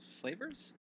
Flavors